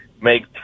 make